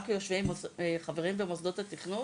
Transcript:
וגם כחלק מיושבים כחברים במוסדות התכנון,